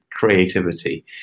creativity